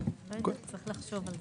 צריך לחשוב על זה.